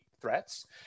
threats